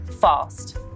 fast